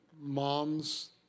moms